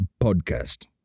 podcast